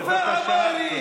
בבקשה.